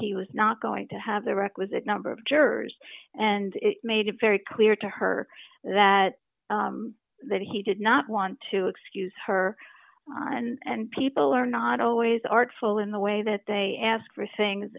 he was not going to have the requisite number of jurors and made it very clear to her that that he did not want to excuse her and people are not always artful in the way that they ask for things